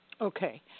Okay